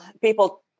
people